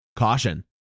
Caution